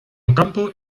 ocampo